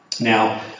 Now